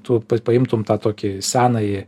tu paimtum tą tokį senąjį